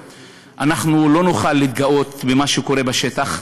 אנחנו לא נוכל להתגאות במה שקורה בשטח.